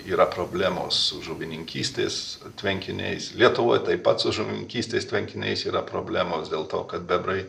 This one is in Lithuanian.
yra problemos žuvininkystės tvenkiniais lietuvoj taip pat su žuvininkystės tvenkiniais yra problemos dėl to kad bebrai